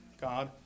God